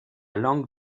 langue